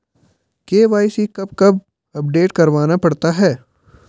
KYC कब कब update करवाना पड़ता है?